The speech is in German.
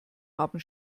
haben